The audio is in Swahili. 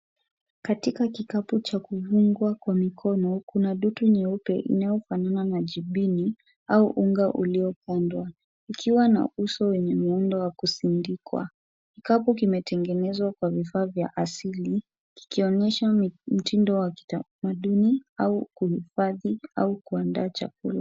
Katika kikapu cha kudungwa kwa mikono, kuna doti nyeupe inayofanana na jibini, au unga uliopandwa, ukiwa na uso wenye muundo wa kusindikwa. Kikapu kimetengenezwa kwa vifaa vya asili, kikionyesha mtindo wa kitamaduni, au kuhifadhi, au kuandaa chakula.